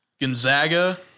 Gonzaga